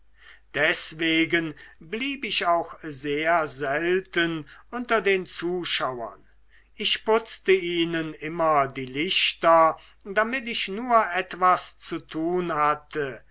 deswegen blieb ich auch sehr selten unter den zuschauern ich putzte ihnen immer die lichter damit ich nur etwas zu tun hatte